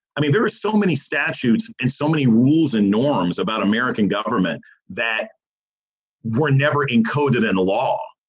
i mean, there are so many statutes and so many rules and norms about american government that were never encoded in the law.